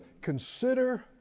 Consider